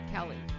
Kelly